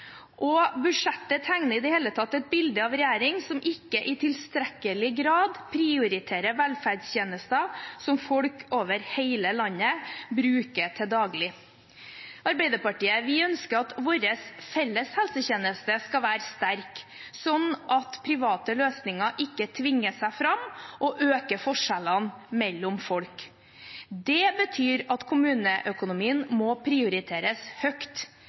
barnehageplassen. Budsjettet tegner i det hele tatt et bilde av en regjering som ikke i tilstrekkelig grad prioriterer velferdstjenester som folk over hele landet bruker til daglig. Vi i Arbeiderpartiet ønsker at vår felles helsetjeneste skal være sterk, slik at private løsninger ikke tvinger seg fram og øker forskjellene mellom folk. Det betyr at kommuneøkonomien må prioriteres høyt.